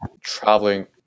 traveling